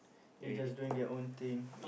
they just doing their own thing